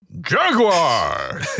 Jaguar